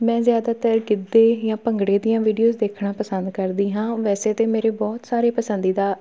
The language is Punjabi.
ਮੈਂ ਜ਼ਿਆਦਾਤਰ ਗਿੱਧੇ ਜਾਂ ਭੰਗੜੇ ਦੀਆਂ ਵੀਡੀਓਜ਼ ਦੇਖਣਾ ਪਸੰਦ ਕਰਦੀ ਹਾਂ ਵੈਸੇ ਤਾਂ ਮੇਰੇ ਬਹੁਤ ਸਾਰੇ ਪਸੰਦੀਦਾ